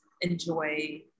enjoy